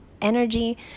energy